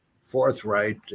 forthright